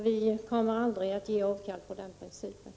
Vi kommer aldrig att ge avkall på den principen.